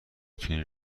تونی